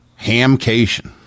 hamcation